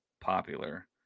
popular